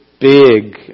big